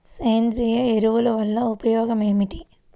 సేంద్రీయ ఎరువుల వల్ల ఉపయోగమేమిటీ?